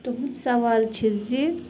تُہُنٛد سوال چھُ زِ